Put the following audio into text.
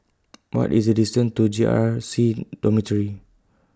What IS The distance to J R C Dormitory